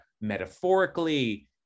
metaphorically